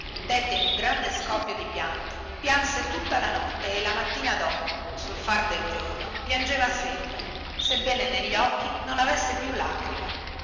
dette in un grande scoppio di pianto pianse tutta la notte e la mattina dopo sul far del giorno piangeva sempre sebbene negli occhi non avesse più lacrime